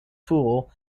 fool